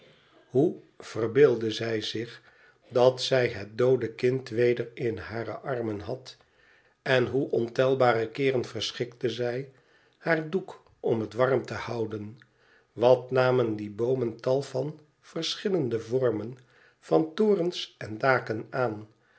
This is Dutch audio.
hoe verbeeldde zij zich dat zij het doode kind weder in hare armen had en hoe ontelbare keeren verschikte zij haar doek om het warm te houden wat namen die boomen tal van verschillende vormen van torens en daken aan